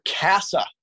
CASA